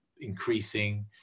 increasing